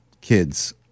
kids